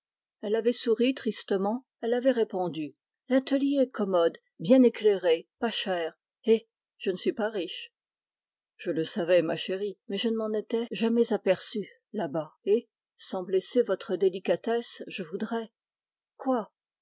et je ne suis pas riche je le savais ma chérie mais je ne m'en étais jamais aperçu là-bas et sans blesser votre délicatesse je voudrais quoi